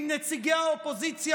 עם נציגי האופוזיציה,